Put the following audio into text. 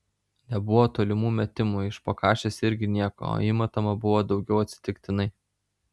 nebuvo tolimų metimų iš po kašės irgi nieko o įmetama buvo daugiau atsitiktinai